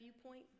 viewpoint